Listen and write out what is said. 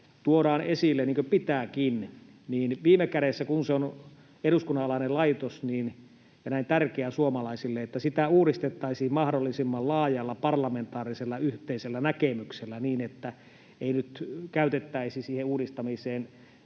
tuodaan esille — niin kuin pitääkin — niin viime kädessä, kun se on eduskunnan alainen laitos ja näin tärkeä suomalaisille, sitä uudistettaisiin mahdollisimman laajalla parlamentaarisella yhteisellä näkemyksellä, niin että ei nyt käytettäisi siihen uudistamiseen